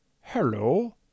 Hello